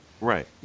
Right